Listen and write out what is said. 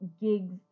gigs